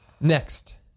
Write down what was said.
Next